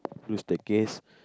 to staircase